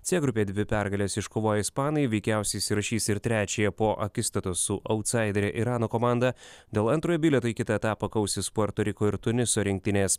c grupėje dvi pergales iškovoję ispanai veikiausiai įsirašys ir trečiąją po akistatos su autsaidere irano komanda dėl antrojo bilieto į kitą etapą kausis puerto riko ir tuniso rinktinės